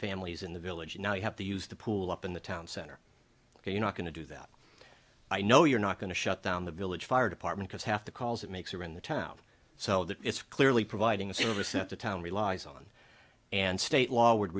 families in the village now you have to use the pool up in the town center you're not going to do that i know you're not going to shut down the village fire department cause half the calls it makes are in the town so that it's clearly providing a service that the town relies on and state law would